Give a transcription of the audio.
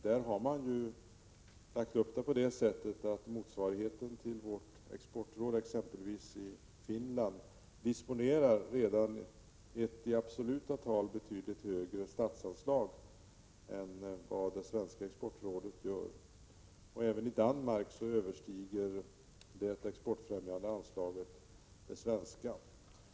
I Finland t.ex. har man lagt upp det så att motsvarigheten till vårt exportråd redan disponerar ett i absoluta tal betydligt högre statligt anslag än vad det svenska Exportrådet gör. Även i Danmark överstiger det exportfrämjande anslaget det svenska.